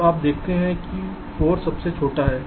अब आप देखते हैं कि 4 सबसे छोटा है